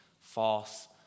false